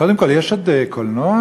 קודם כול, עוד יש קולנוע?